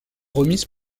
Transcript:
remises